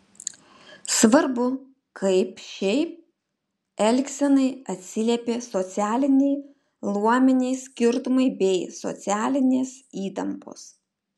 svarbu kaip šiai elgsenai atsiliepė socialiniai luominiai skirtumai bei socialinės įtampos